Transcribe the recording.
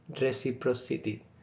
reciprocity